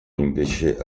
invece